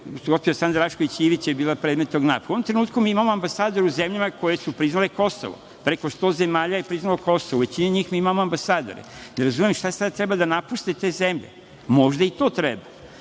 Gospođa Sanda Rašković Ivić je bila predmet tog napada.U ovom trenutku mi imamo ambasadora u zemljama koje su priznale Kosovo. Preko 100 zemalja je priznalo Kosovo. U većini njih mi imamo ambasadore. Ne razumem, šta sad, treba da napuste te zemlje? Možda i to treba.